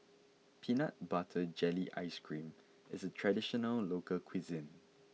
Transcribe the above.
Peanut Butter Jelly Ice Cream is a traditional local cuisine